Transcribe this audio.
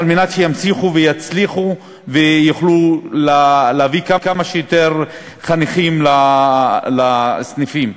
כדי שימשיכו ויצליחו ויוכלו להביא כמה שיותר חניכים לסניפים.